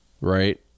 right